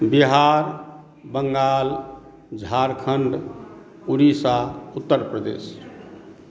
Bihar Bengal Jharkhand Orissa Uttar Pradesh